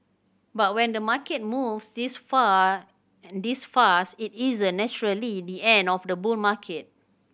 but when the market moves this far and this fast it isn't naturally the end of the bull market